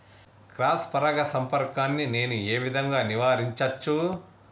Cross పరాగ సంపర్కాన్ని నేను ఏ విధంగా నివారించచ్చు?